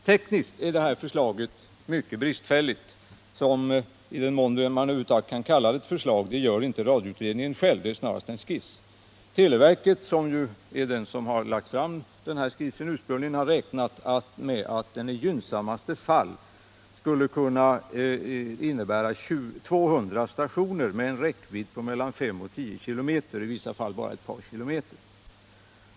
Tekniskt är förslaget mycket bristfälligt, i den mån man kan kalla det ett förslag — det gör inte radioutredningen — det är snarast en skiss. Televerket, som har lagt fram den här skissen ursprungligen, har räknat med att i gynnsammaste fall skulle vi kunna få 200 stationer med en räckvidd på mellan 5 och 10 kilometer, i vissa fall bara på ett par kilometer.